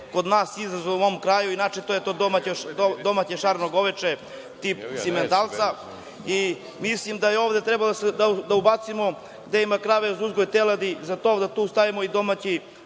kod nas izraz u mom kraju, inače to je domaće šareno goveče, tip simentalca. Mislim da je ovde trebalo da ubacimo gde ima krave za uzgoj teladi da tu stavimo i domaće